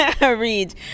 read